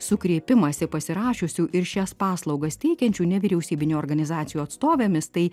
su kreipimąsi pasirašiusių ir šias paslaugas teikiančių nevyriausybinių organizacijų atstovėmis tai